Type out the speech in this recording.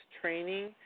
training